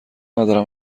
ندارم